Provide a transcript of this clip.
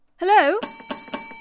Hello